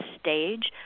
stage